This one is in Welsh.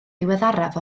diweddaraf